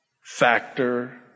factor